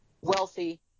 wealthy